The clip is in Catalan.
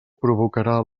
provocarà